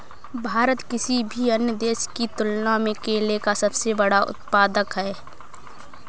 भारत किसी भी अन्य देश की तुलना में केले का सबसे बड़ा उत्पादक है